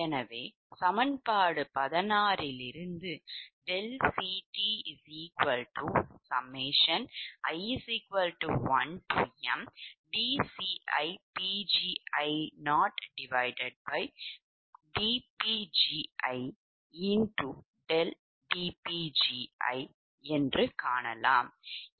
எனவே சமன்பாடு 16 இலிருந்து∆CTi1mdCidCidPgi என்று காணலாம்